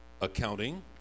accounting